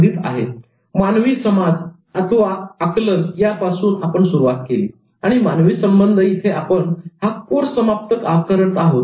'मानवी समजआकलन' यापासून आपण सुरुवात केली आणि मानवी संबंध इथे आपण हा कोर्स समाप्त करत आहोत